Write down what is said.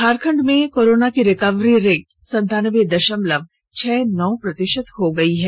झारखंड में कोरोना की recovery rate संतानबे दशमलव छह नौ प्रतिशत हो गई है